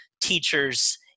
teachers